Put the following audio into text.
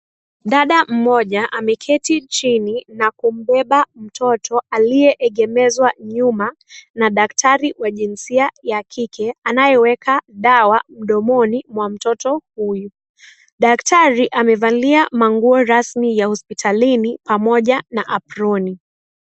Dada mmoja ameketi chini na kumbeba mtoto aliyeegemezwa nyuma na daktari wa jinsia ya kike anayeweka dawa mdomoni mwa mtoto huyu, daktari amevalia manguo rasmi ya hospitalini pamoja na aproni.